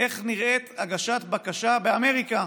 איך נראית הגשת בקשה באמריקה.